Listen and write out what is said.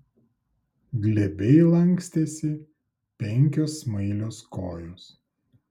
glebiai lankstėsi penkios smailos kojos